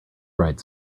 dried